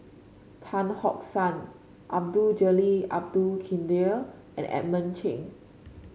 Tan San Abdul Jalil Abdul Kadir and Edmund Cheng